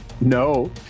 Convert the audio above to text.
No